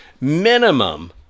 minimum